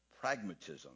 pragmatism